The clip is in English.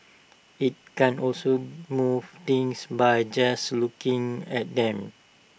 IT can also move things by just looking at them